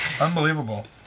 unbelievable